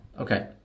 Okay